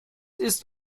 ist